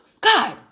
God